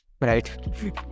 right